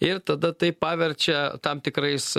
ir tada tai paverčia tam tikrais